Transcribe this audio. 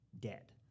dead